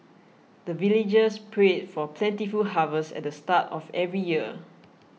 the villagers pray for plentiful harvest at the start of every year